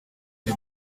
the